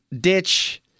ditch